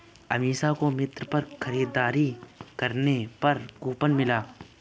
अमीषा को मिंत्रा पर खरीदारी करने पर कूपन मिला